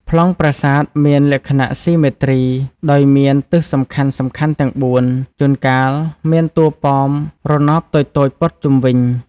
ប្លង់ប្រាសាទមានលក្ខណៈ ស៊ីមេទ្រី ដោយមានទិសសំខាន់ៗទាំងបួន។ ជួនកាលមានតួប៉មរណបតូចៗព័ទ្ធជុំវិញ។